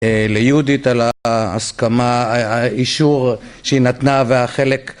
ליהודית על האישור שהיא נתנה והחלק